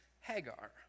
Hagar